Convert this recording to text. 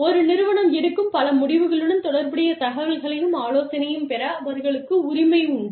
ஒரு நிறுவனம் எடுக்கும் பல முடிவுகளுடன் தொடர்புடைய தகவல்களையும் ஆலோசனையையும் பெற அவர்களுக்கு உரிமை உண்டு